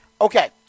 Okay